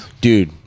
Dude